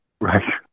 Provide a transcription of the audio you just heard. Right